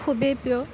খুবেই প্ৰিয়